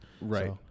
Right